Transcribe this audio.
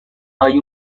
hay